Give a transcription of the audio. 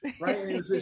Right